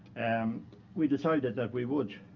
um we decided that we would